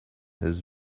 his